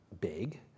big